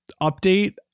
Update